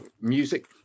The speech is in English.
music